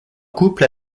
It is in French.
couple